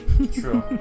true